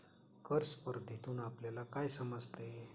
कर स्पर्धेतून आपल्याला काय समजते?